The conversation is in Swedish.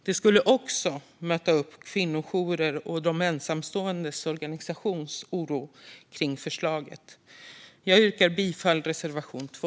Det skulle också möta den oro som finns hos kvinnojourer och organisationer för ensamstående när det gäller förslaget. Jag yrkar bifall till reservation 2.